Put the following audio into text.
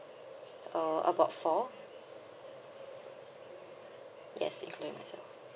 uh about four yes including myself